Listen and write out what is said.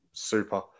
Super